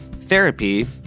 therapy